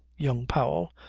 young powell,